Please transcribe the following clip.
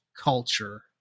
culture